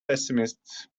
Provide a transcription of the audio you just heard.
pessimist